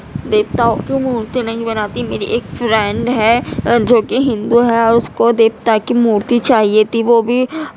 دیوتاؤں کی مورتی نہیں بناتی میری ایک فرینڈ ہے جوکہ ہندو ہے اور اس کو دیوتا کی مورتی چاہیے تھی وہ بھی